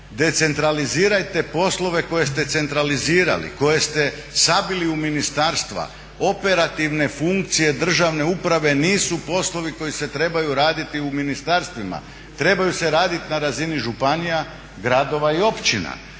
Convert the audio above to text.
Decentralizirajte poslove koje ste centralizirali, koje ste sabili u ministarstva. Operativne funkcije državne uprave nisu poslovi koji se trebaju raditi u ministarstvima. Trebaju se raditi na razini županija, gradova i općina